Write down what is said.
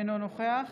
אינו נוכח